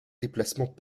déplacement